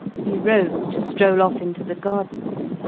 he rose to stroll off into the gardens,